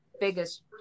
biggest